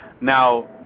now